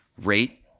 rate